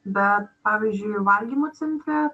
bet pavyzdžiui valgymo centre